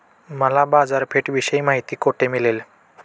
मला बाजारपेठेविषयी माहिती कोठे मिळेल?